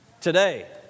Today